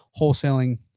wholesaling